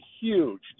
huge